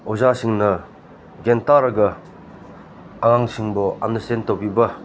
ꯑꯣꯖꯥꯁꯤꯡꯅ ꯒ꯭ꯌꯥꯟ ꯇꯥꯔꯒ ꯑꯉꯥꯡꯁꯤꯡꯕꯨ ꯑꯟꯗꯔꯁꯇꯦꯟ ꯇꯧꯕꯤꯕ